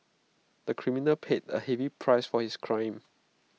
the criminal paid A heavy price for his crime